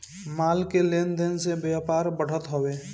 माल के लेन देन से व्यापार बढ़त हवे